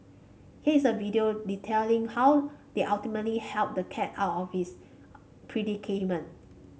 here is the video detailing how they ultimately helped the cat out of office predicament